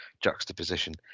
juxtaposition